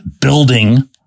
building